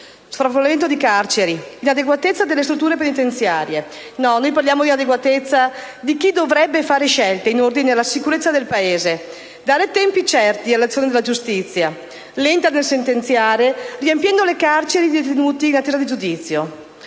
sovraffollamento carcerario e all'inadeguatezza delle strutture penitenziarie. Parliamo dell'inadeguatezza di chi dovrebbe fare scelte in ordine alla sicurezza del Paese e dare tempi certi all'azione della giustizia, lenta nel sentenziare e che riempie le carceri di detenuti in attesa di giudizio.